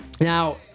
Now